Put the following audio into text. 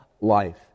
life